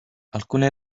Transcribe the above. alcune